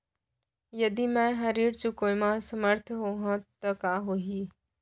यदि मैं ह ऋण चुकोय म असमर्थ होहा त का होही?